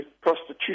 prostitution